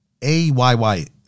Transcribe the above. AYY